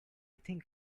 think